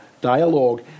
dialogue